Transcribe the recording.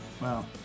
wow